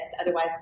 otherwise